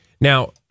Now